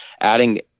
Adding